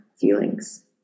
feelings